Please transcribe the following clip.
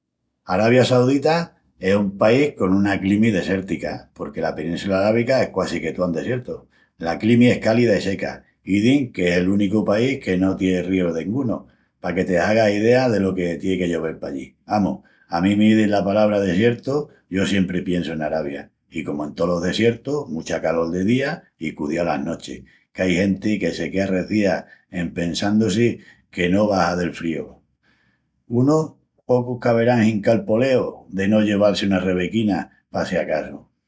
Arabia Saudita es un país con una climi desértica, porque la península arábiga es quasi que toa un desiertu. La climi es cálida i seca. Izin qu'es el únicu país que no tien ríu dengunu, paque te hagas idea delo que tien que llovel pallí. Amus, a mí m'izin la palabra desiertu, yo siempri piensu en Arabia. I comu en tolos desiertus, mucha calol de día i cudiau las nochis, qu'ai genti que se quea arrezía en pensandu-si que no va a hazel fríu. Unus pocus qu'averán hincau el poleu de no lleval-si una rebequina pa si acasu.